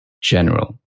general